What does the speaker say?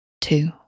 two